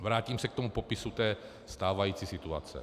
Vrátím se k tomu popisu stávající situace.